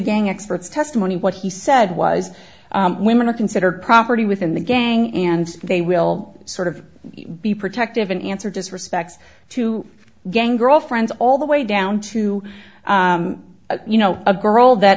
gang experts testimony what he said was women are considered property within the gang and they will sort of be protective an answer disrespects to gang girlfriends all the way down to you know a girl that